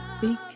big